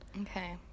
Okay